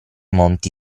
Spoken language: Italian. monti